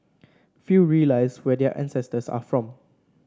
few realise where their ancestors are from